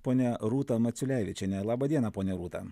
ponia rūta maciulevičiene laba diena ponia rūta